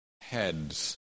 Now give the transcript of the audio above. heads